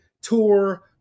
Tour